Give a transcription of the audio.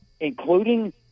including